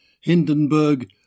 Hindenburg